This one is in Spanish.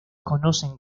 conocen